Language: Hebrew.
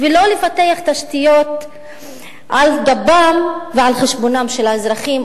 ולא לפתח תשתיות על גבם ועל חשבונם של האזרחים,